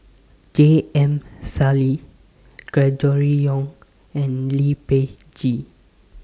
J M Sali Gregory Yong and Lee Peh Gee